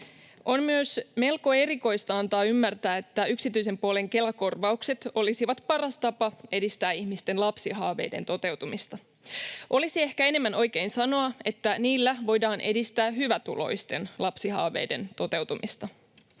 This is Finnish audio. On myös melko erikoista antaa ymmärtää, että yksityisen puolen Kela-korvaukset olisivat paras tapa edistää ihmisten lapsihaaveiden toteutumista. Olisi ehkä enemmän oikein sanoa, että niillä voidaan edistää hyvätuloisten lapsihaaveiden toteutumista,